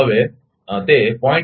હવે તે 0